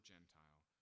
Gentile